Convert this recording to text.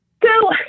Go